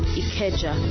ikeja